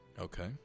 Okay